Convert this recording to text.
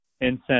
Incense